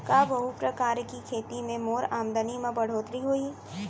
का बहुप्रकारिय खेती से मोर आमदनी म बढ़होत्तरी होही?